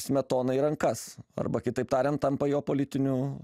smetonai rankas arba kitaip tariant tampa jo politiniu